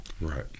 right